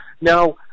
Now